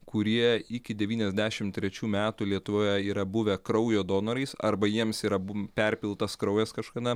kurie iki devyniasdešimt trečių metų lietuvoje yra buvę kraujo donorais arba jiems yra bum perpiltas kraujas kažkada